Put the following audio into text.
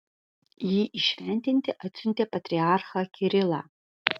jį įšventinti atsiuntė patriarchą kirilą